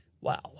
Wow